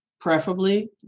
preferably